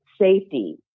safety